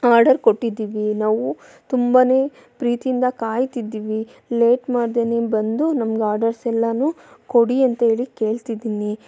order ಕೊಟ್ಟಿದ್ದೀವಿ ನಾವು ತುಂಬನೇ ಪ್ರೀತಿಯಿಂದ ಕಾಯ್ತಿದ್ದೀವಿ ಲೇಟ್ ಮಾಡದೇನೆ ಬಂದು ನಮ್ಗೆ ಆರ್ಡರ್ಸ್ ಎಲ್ಲನೂ ಕೊಡಿ ಅಂಥೇಳಿ ಕೇಳ್ತಿದ್ದೀನಿ